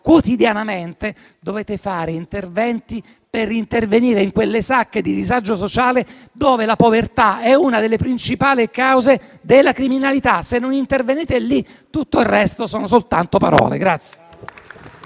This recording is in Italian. quotidianamente, dovete intervenire in quelle sacche di disagio sociale, dove la povertà è una delle principali cause della criminalità. Se non intervenite lì, tutto il resto è fatto soltanto di parole.